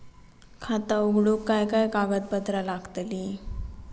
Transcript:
खाता उघडूक काय काय कागदपत्रा लागतली?